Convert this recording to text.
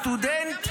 סטודנט,